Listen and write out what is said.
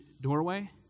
doorway